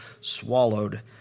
swallowed